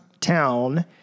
town